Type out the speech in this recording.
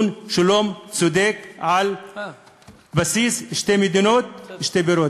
שלום צודק על בסיס שתי מדינות ושתי בירות.